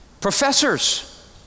Professors